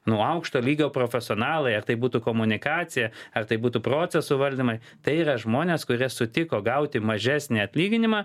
nu aukšto lygio profesionalai ar tai būtų komunikacija ar tai būtų procesų valdymui tai yra žmonės kurie sutiko gauti mažesnį atlyginimą